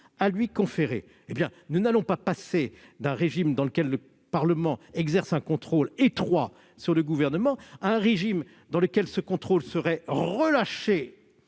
à lui conférer. Nous n'allons pas passer d'un régime dans lequel le Parlement exerce un contrôle étroit sur le Gouvernement à un régime dans lequel ce contrôle serait relâché